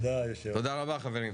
תודה רבה חברים.